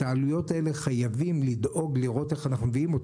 את העלויות האלה חייבים לראות איך אנחנו מביאים,